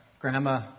Grandma